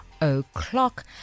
o'clock